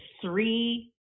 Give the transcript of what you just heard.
three